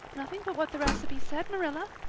nothing but what the recipe said, marilla,